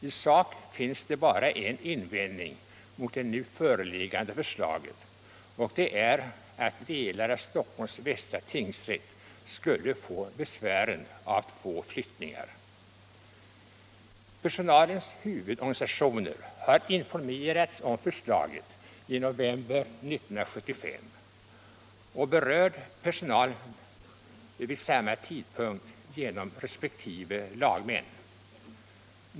I sak finns det bara en invändning mot det nu föreliggande förslaget och det är att delar av Stockholms läns västra tingsrätt skulle få besvären av två flyttningar. Personalens huvudorganisationer informerades om förslaget i november 1975 och berörd personal vid samma tidpunkt genom resp. lagmän.